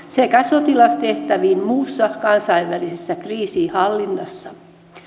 sekä sotilastehtäviin muussa kansainvälisessä kriisinhallinnassa